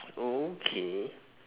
okay